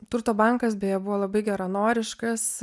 turto bankas beje buvo labai geranoriškas